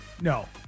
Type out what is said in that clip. No